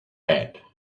bed